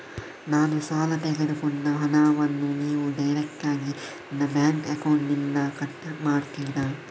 ನಾನು ಸಾಲ ತೆಗೆದುಕೊಂಡ ಹಣವನ್ನು ನೀವು ಡೈರೆಕ್ಟಾಗಿ ನನ್ನ ಬ್ಯಾಂಕ್ ಅಕೌಂಟ್ ಇಂದ ಕಟ್ ಮಾಡ್ತೀರಾ?